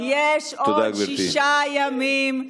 יש עוד שישה ימים,